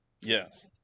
Yes